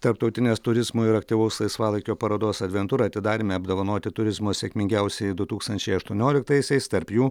tarptautinės turizmo ir aktyvaus laisvalaikio parodos adventur atidaryme apdovanoti turizmo sėkmingiausieji du tūkstančiai aštuonioliktaisiais tarp jų